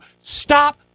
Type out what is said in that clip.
Stop